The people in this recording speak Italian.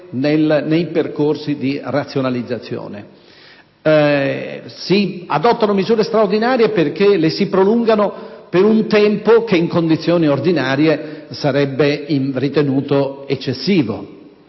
nei percorsi di razionalizzazione. Si adottano misure straordinarie, perché le si prolunga per un tempo che, in condizioni ordinarie, sarebbe ritenuto eccessivo.